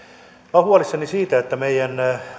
olen huolissani siitä että meidän